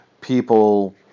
people